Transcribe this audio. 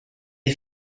est